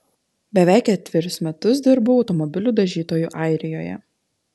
beveik ketverius metus dirbau automobilių dažytoju airijoje